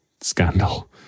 scandal